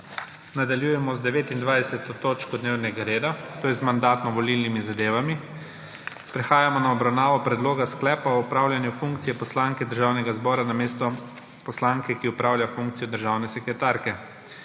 prekinjeno 29. točko dnevnega reda, to je z Mandatno-volilnimi zadevami. Prehajamo na obravnavo Predloga sklepa o opravljanju funkcije poslanke oziroma poslanca Državnega zbora namesto poslanke, ki opravlja funkcijo državne sekretarke.